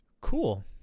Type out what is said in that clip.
Cool